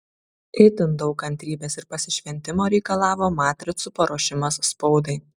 itin daug kantrybės ir pasišventimo reikalavo matricų paruošimas spaudai